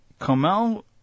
Comel